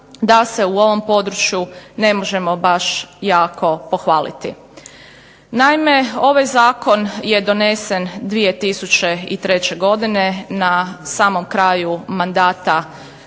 da se u ovom području ne možemo baš jako pohvaliti. Naime, ovaj zakon je donesen 2003. godine na samom kraju mandata